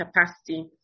capacity